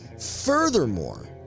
Furthermore